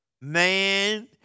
Man